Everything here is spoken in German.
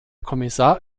kommissar